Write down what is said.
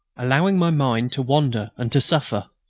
allowing my mind to wander and to suffer.